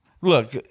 look